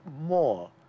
more